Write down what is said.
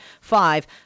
five